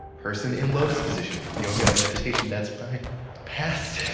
person in lotus position for yoga and meditation. that's mine. it passed.